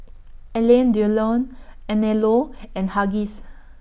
Alain Delon Anello and Huggies